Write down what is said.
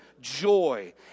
Joy